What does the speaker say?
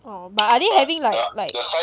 oh but are they having like like